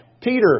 Peter